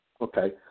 Okay